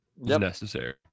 Necessary